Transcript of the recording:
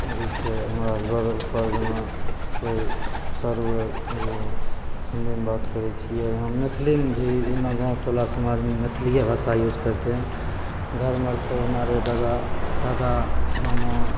जइसे हमरासे बड़ उपर जेना कोइ सर उर आओर हिन्दीमे बात करै छिए हम मैथिलीमे भी एना गाम टोला समाजमे मैथिलिए भाषा यूज करिते हइ घरमे सभ हमारे दादा दादा मामा